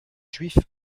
juifs